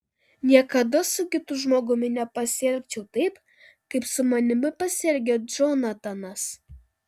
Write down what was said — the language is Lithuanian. niekada su kitu žmogumi nepasielgčiau taip kaip su manimi pasielgė džonatanas